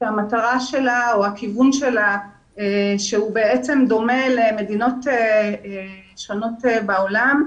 שהכיוון שלה דומה למדינות שונות בעולם,